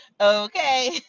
Okay